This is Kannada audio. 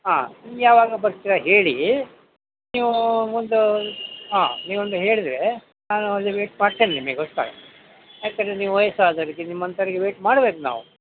ಹಾಂ ನೀವು ಯಾವಾಗ ಬರ್ತೀರ ಹೇಳಿ ನೀವು ಒಂದು ಹಾಂ ನೀವು ಒಂದು ಹೇಳಿದರೆ ನಾನು ಅಲ್ಲಿ ವೆಯ್ಟ್ ಮಾಡ್ತೇನೆ ನಿಮಗೋಸ್ಕರ ಯಾಕಂದರೆ ನೀವು ವಯಸ್ಸಾದವರಿಗೆ ನಿಮ್ಮಂಥವರಿಗೆ ವೆಯ್ಟ್ ಮಾಡ್ಬೇಕು ನಾವು